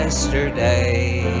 Yesterday